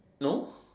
no